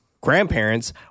grandparents